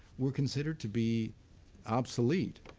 were considered to be obsolete.